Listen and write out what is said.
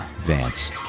Vance